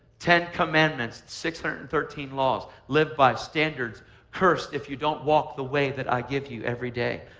ten commandments. six hundred and thirteen laws lived by standards cursed if you don't walk the way that i give you every day.